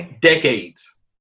decades